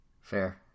Fair